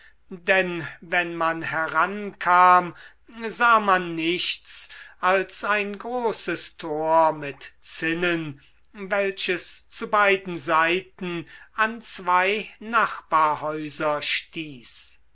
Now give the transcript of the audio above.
denn wenn man herankam sah man nichts als ein großes tor mit zinnen welches zu beiden seiten an zwei nachbarhäuser stieß